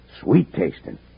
sweet-tasting